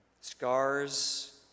Scars